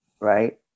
right